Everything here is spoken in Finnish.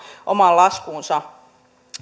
omaan laskuunsa